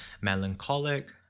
melancholic